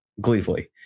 gleefully